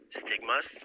stigmas